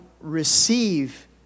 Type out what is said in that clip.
receive